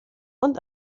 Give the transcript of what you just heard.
und